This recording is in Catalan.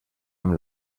amb